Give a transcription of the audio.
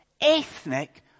Ethnic